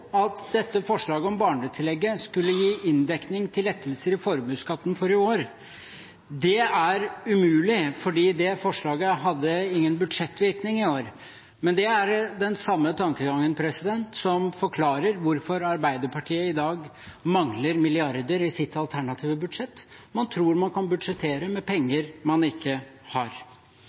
at dette forslaget om barnetillegget skulle gi inndekning til lettelser i formuesskatten for i år. Det er umulig, for det forslaget hadde ingen budsjettvirkning i år. Det er den samme tankegangen som forklarer hvorfor Arbeiderpartiet i dag mangler milliarder i sitt alternative budsjett. Man tror man kan budsjettere med penger man ikke har.